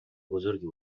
بزرگی